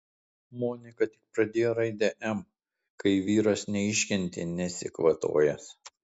monika tik pradėjo raidę m kai vyras neiškentė nesikvatojęs